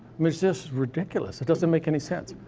mean, it's just ridiculous. it doesn't make any sense.